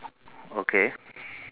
okay